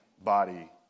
body